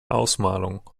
ausmalung